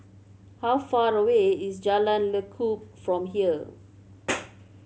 how far away is Jalan Lekub from here